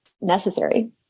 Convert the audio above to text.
necessary